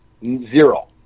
Zero